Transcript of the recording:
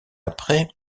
après